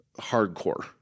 hardcore